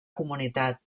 comunitat